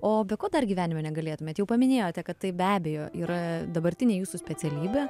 o be ko dar gyvenime negalėtumėt jau paminėjote kad tai be abejo yra dabartinė jūsų specialybė